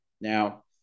Now